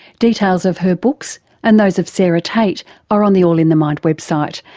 details of her books and those of sarah tate are on the all in the mind website,